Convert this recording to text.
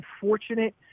unfortunate